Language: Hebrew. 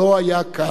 מכובדי,